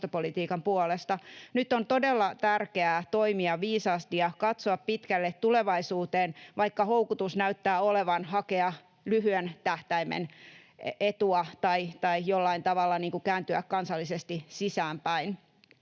Nyt on todella tärkeää toimia viisaasti ja katsoa pitkälle tulevaisuuteen, vaikka houkutus näyttää olevan hakea lyhyen tähtäimen etua tai jollain tavalla kääntyä kansallisesti sisäänpäin.